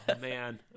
man